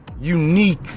unique